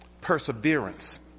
perseverance